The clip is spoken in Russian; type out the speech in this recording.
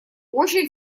очень